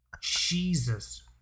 Jesus